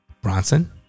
Bronson